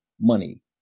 money